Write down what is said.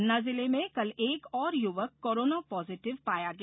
पन्ना जिले में कल एक और युवक कोरोना पॉजिटिव पाया गया